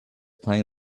playing